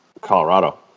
Colorado